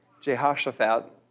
Jehoshaphat